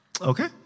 Okay